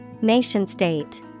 Nation-state